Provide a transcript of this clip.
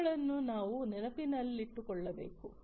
ಇವುಗಳನ್ನು ನಾವು ನೆನಪಿನಲ್ಲಿಟ್ಟುಕೊಳ್ಳಬೇಕು